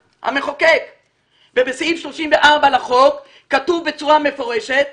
ובסעיף 34 לחוק כתוב בצורה מפורשת: